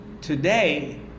today